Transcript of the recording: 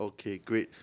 okay great